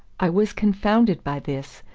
i was confounded by this,